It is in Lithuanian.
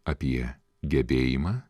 apie gebėjimą